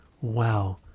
Wow